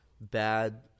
bad